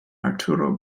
arturo